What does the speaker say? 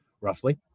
roughly